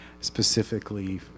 specifically